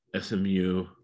SMU